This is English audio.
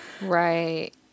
Right